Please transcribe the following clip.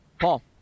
Paul